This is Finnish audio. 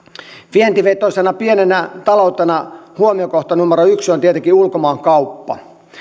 vientivetoisena pienenä taloutena huomiokohta numero yksi on tietenkin ulkomaankauppa